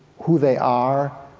who they are,